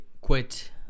quit